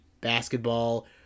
basketball